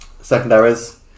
secondaries